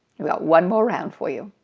we have one more round for you.